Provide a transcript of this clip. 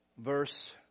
Verse